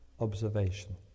Observation